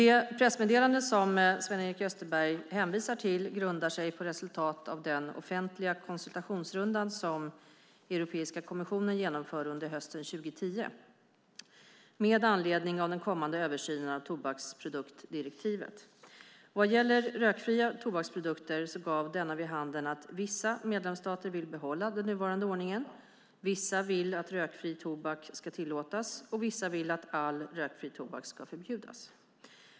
Det pressmeddelande som Sven-Erik Österberg hänvisar till grundar sig på resultatet av den offentliga konsultationsrunda som Europeiska kommissionen genomförde under hösten 2010 med anledning av den kommande översynen av tobaksproduktdirektivet. Vad gäller rökfria tobaksprodukter gav denna vid handen att vissa medlemsstater vill behålla den nuvarande ordningen, vissa vill att rökfri tobak ska tillåtas och vissa vill att all rökfri tobak ska förbjudas.